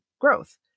growth